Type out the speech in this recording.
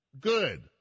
Good